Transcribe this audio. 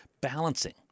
balancing